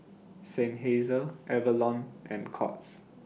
Seinheiser Avalon and Courts